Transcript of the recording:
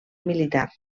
militar